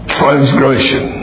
transgression